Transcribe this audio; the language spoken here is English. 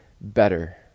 better